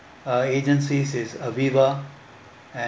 uh agency is aviva and